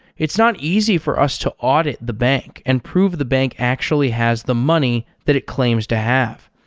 it's not easy for us to audit the bank and prove the bank actually has the money that it claims to have.